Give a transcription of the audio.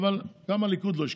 אבל איפה הממשלה?